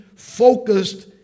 Focused